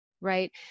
right